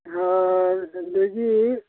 ꯑꯗꯒꯤ